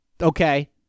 okay